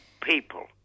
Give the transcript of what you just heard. people